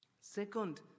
Second